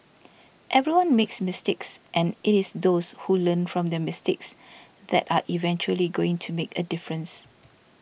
everyone makes mistakes and it is those who learn from their mistakes that are eventually going to make a difference